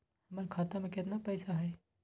हमर खाता में केतना पैसा हई?